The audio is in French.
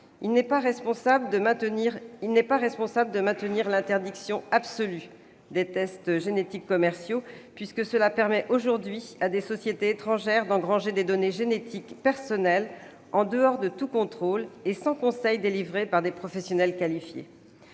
Il n'est pas responsable de maintenir l'interdiction absolue des tests génétiques commerciaux, puisque cela permet aujourd'hui à des sociétés étrangères d'engranger des données génétiques personnelles en dehors de tout contrôle et sans conseil délivré par des professionnels qualifiés.